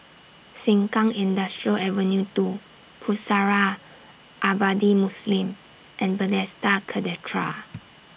Sengkang Industrial Avenue two Pusara Abadi Muslim and Bethesda Cathedral